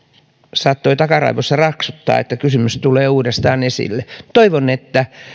saattoi takaraivossa raksuttaa että kysymys tulee uudestaan esille toivon että